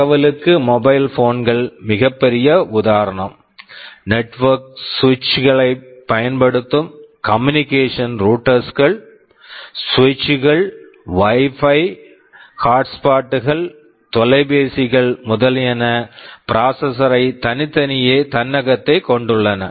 தகவலுக்கு mobile phone mobile phone கள் மிகப்பெரிய உதாரணம் நெட்வொர்க் சுவிட்சு network switch களைப் பயன்படுத்தும் கம்யூனிகேஷன் ரூட்டர்ஸ் communication routers கள் சுவிட்ச் switch கள் வைஃபை Wi Fi ஹாட்ஸ்பாட்ஸ் hotspots கள் தொலைபேசி telephones கள் முதலியன ப்ராசசரை processor ஐ தனித்தனியே தன்னகத்தே கொண்டுள்ளவை